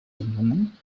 gentlemen